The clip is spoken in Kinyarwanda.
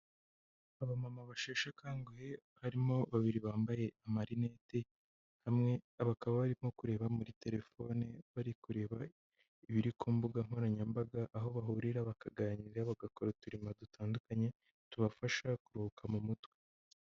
Abamama basheshe akanguhe harimo babiri bambaye amarinete hamwe bakaba barimo kureba muri telefone bari kureba ibiri ku mbuga nkoranyambaga, aho bahurira bakaganira bagakora uturimo dutandukanye tubafasha kuruhuka mu mutwe.